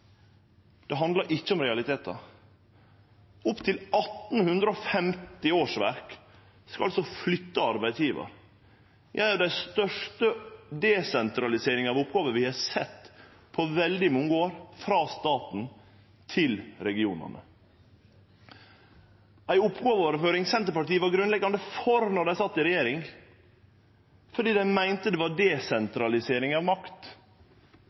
skal altså byte arbeidsgjevar. Det er ei av dei største desentraliseringane av oppgåver – frå staten til regionane – vi har sett på veldig mange år. Ei oppgåveoverføring som Senterpartiet var grunnleggjande for då dei sat i regjering, fordi dei meinte det var desentralisering av makt,